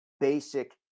basic